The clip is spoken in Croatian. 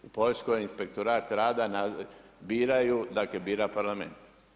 U Poljskoj inspektorat rada biraju, dakle bira Parlament.